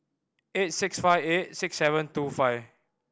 eight six five eight six seven two five